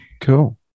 Cool